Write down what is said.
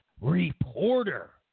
reporter